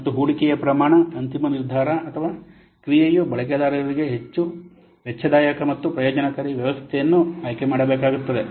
ಮತ್ತು ಹೂಡಿಕೆಯ ಪ್ರಮಾಣ ಅಂತಿಮ ನಿರ್ಧಾರ ಅಥವಾ ಕ್ರಿಯೆಯು ಬಳಕೆದಾರರಿಗೆ ಹೆಚ್ಚು ವೆಚ್ಚದಾಯಕ ಮತ್ತು ಪ್ರಯೋಜನಕಾರಿ ವ್ಯವಸ್ಥೆಯನ್ನು ಆಯ್ಕೆ ಮಾಡಬೇಕಾಗುತ್ತದೆ